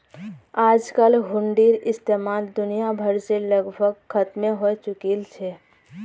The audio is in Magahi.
आजकल हुंडीर इस्तेमाल दुनिया भर से लगभग खत्मे हय चुकील छ